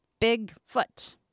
Bigfoot